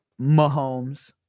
Mahomes